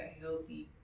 healthy